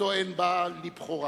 שטוען בה לבכורה.